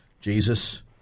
jesus